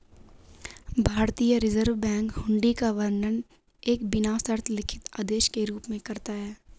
भारतीय Reserve Bank hundi का वर्णन एक बिना शर्त लिखित आदेश के रूप में करता है